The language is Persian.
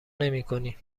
نمیکنی